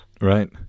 Right